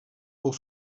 pour